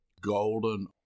golden